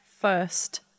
first